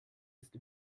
ist